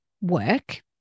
work